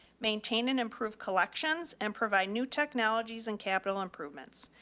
maintain and improve collections and provide new technologies and capital improvements.